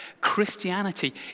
Christianity